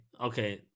Okay